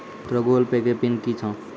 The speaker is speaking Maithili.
तोरो गूगल पे के पिन कि छौं?